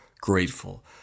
grateful